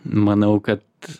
manau kad